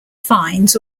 fines